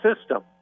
system